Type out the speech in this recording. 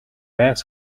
байнга